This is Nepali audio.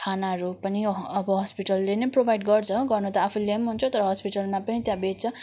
खानाहरू पनि अब हस्पिटलले नै प्रोभाइड गर्छ गर्नु त आफूले ल्याए पनि हुन्छ तर हस्पिटलमा पनि त्यहाँ बेच्छ